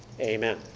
Amen